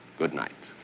good night.